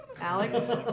Alex